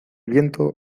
viento